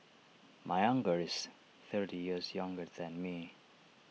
my uncle is thirty years younger than me